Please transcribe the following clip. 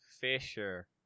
Fisher